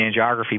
angiography